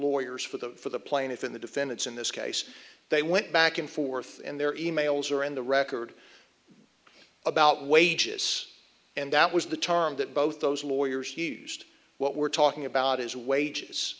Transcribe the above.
lawyers for the for the plaintiff in the defendants in this case they went back and forth and there are e mails are in the record about wages and that was the term that both those lawyers he used what we're talking about is wages